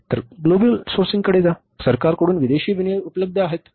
तर ग्लोबल सोर्सिंगकडे जा सरकारकडून विदेशी विनिमय उपलब्ध आहे